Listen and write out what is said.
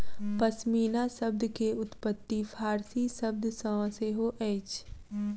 पश्मीना शब्द के उत्पत्ति फ़ारसी भाषा सॅ सेहो अछि